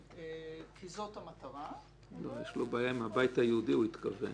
וכוונת המחוקק בחוק ההוא הייתה מאוד מאוד ברורה,